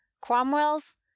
cromwell's